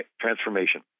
transformation